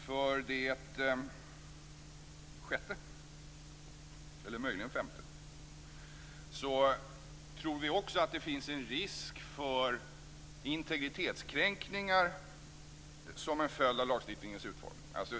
För det femte tror vi också att det finns en risk för integritetskränkningar som en följd av lagstiftningens utformning.